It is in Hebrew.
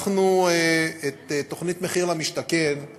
את תוכנית מחיר למשתכן אנחנו